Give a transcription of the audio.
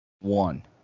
One